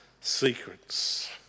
secrets